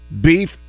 beef